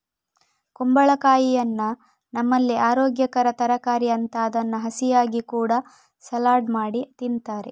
ಕುಂಬಳಕಾಯಿಯನ್ನ ನಮ್ಮಲ್ಲಿ ಅರೋಗ್ಯಕರ ತರಕಾರಿ ಅಂತ ಅದನ್ನ ಹಸಿಯಾಗಿ ಕೂಡಾ ಸಲಾಡ್ ಮಾಡಿ ತಿಂತಾರೆ